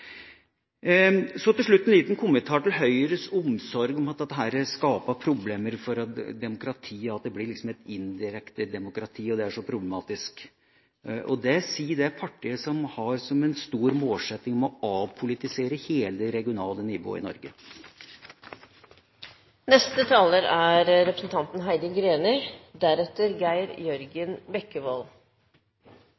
Til slutt en liten kommentar til Høyre og deres omsorg med hensyn til at dette skaper problemer for demokratiet, at det liksom blir et indirekte demokrati, og at det er så problematisk. Og det sier det partiet som har som en stor målsetting å avpolitisere hele det regionale nivået i